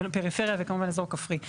ולפריפריה זה כמובן אזור כפרי,